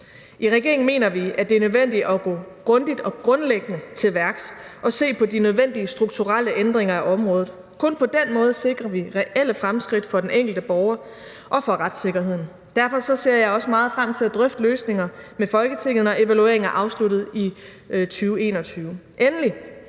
I regeringen mener vi, at det er nødvendigt at gå grundigt og grundlæggende til værks og se på de nødvendige strukturelle ændringer af området. Kun på den måde sikrer vi reelle fremskridt for den enkelte borger og for retssikkerheden. Derfor ser jeg også meget frem til at drøfte løsninger med Folketinget, når evalueringen er afsluttet i 2021. Endelig,